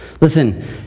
Listen